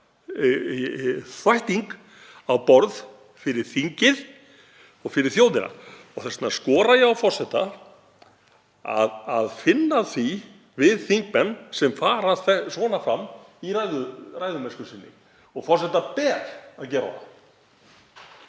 þvætting á borð fyrir þingið og fyrir þjóðina. Þess vegna skora ég á forseta að finna að því við þingmenn sem fara svona fram í ræðumennsku sinni og forseta ber að gera það.